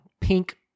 pink